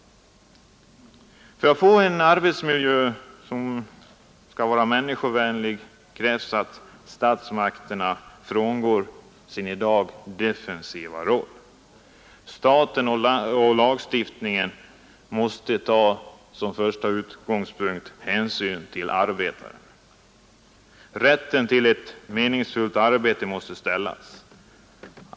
För att vi skall få en människovänlig arbetsmiljö krävs att statsmakten frångår sin i dag defensiva roll. Staten och lagstiftningen måste som första utgångspunkt ha hänsyn till arbetaren. Likaså måste krav om rätt till ett meningsfullt arbete uppställas.